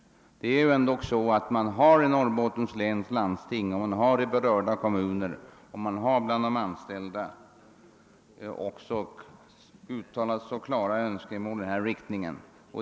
Det är ju ändå så att Norrbottens läns landsting, berörda kommuner och de anställda har uttalat klara önskemål i denna riktning.